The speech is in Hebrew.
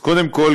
אז קודם כול,